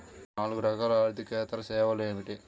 నాలుగు రకాల ఆర్థికేతర సేవలు ఏమిటీ?